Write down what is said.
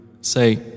Say